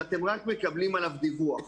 שאתם רק מקבלים עליו דיווח,